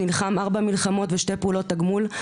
נלחם ארבע מלחמות ושתי פעולות תגמול.